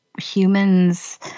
humans